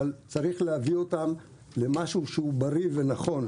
אבל צריך להביא אותם למשהו שהוא בריא ונכון.